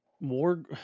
more